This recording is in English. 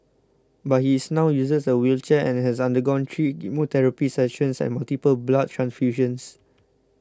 but he is now uses a wheelchair and has undergone three chemotherapy sessions and multiple blood transfusions